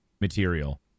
material